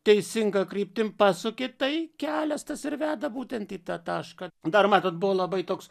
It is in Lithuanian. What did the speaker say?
teisinga kryptim pasuki tai kelias tas ir veda būtent į tą tašką dar matot buvo labai toks